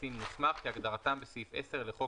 ו"קצין מוסמך" כהגדרתם בסעיף 10 לחוק